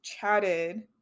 chatted